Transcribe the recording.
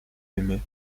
aimés